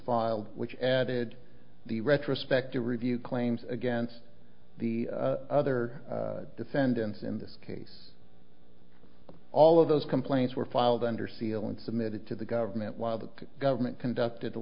filed which added the retrospective review claims against the other defendants in this case all of those complaints were filed under seal and submitted to the government while the government conducted